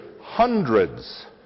hundreds